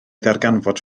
ddarganfod